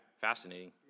Fascinating